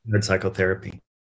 Psychotherapy